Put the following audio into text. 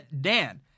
Dan